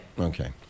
Okay